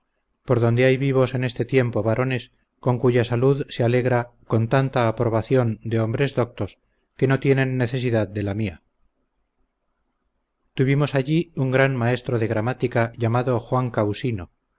por donde hay vivos en este tiempo varones con cuya salud se alegra con tanta aprobación de hombres doctos que no tienen necesidad de la mía tuvimos allí un gran maestro de gramática llamado juan causino no